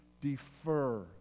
defer